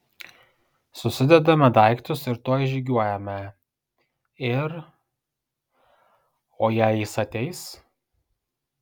susidedame daiktus ir tuoj žygiuojame ir o jei jis ateis